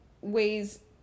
ways